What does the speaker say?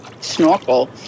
snorkel